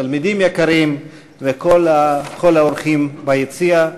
תלמידים יקרים וכל האורחים ביציע,